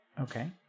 Okay